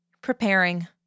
Preparing